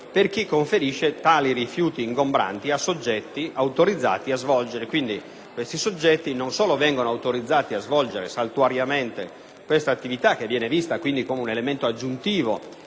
per chi conferisce tali rifiuti ingombranti a soggetti autorizzati alla